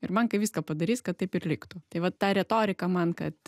ir bankai viską padarys kad taip ir liktų tai va ta retorika man kad